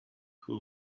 who